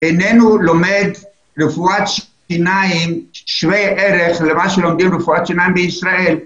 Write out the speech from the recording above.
לא לומד רפואת שיניים שווה ערך למה שלומדים ברפואת שיניים בישראל.